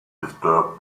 disturbed